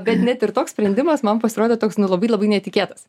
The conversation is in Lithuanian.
bet net ir toks sprendimas man pasirodė toks na labai labai netikėtas